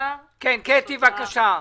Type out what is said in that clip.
קטי שטרית,